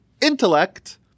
intellect